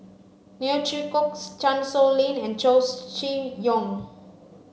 Neo Chwee Kok Chan Sow Lin and Chow Chee Yong